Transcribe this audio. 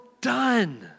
done